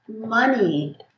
money